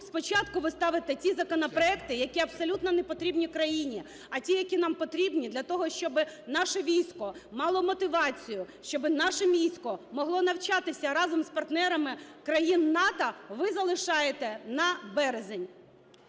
спочатку ви ставите ті законопроекти, які абсолютно не потрібні країні, а ті, які нам потрібні для того, щоби наше військо мало мотивацію, щоби наше військо могло навчатися разом з партнерами країн НАТО, ви залишаєте на березень.